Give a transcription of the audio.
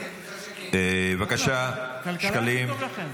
בבקשה, שקלים.